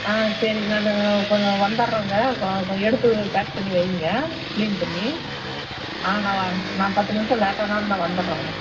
ஆ சரி நான் கொஞ்சம் வந்துடுறேங்க எடுத்து பேக் பண்ணி வைங்க க்ளீன் பண்ணி ஆ நான் வ நான் பத்து நிமிஷம் லேட் ஆனாலும் நான் வந்துடுறேங்க